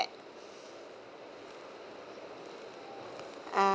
uh